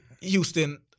Houston